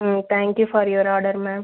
ம் thank you for your order ma'am